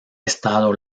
estado